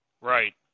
Right